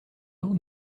und